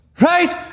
Right